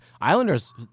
Islanders